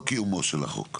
לא קיומו של החוק.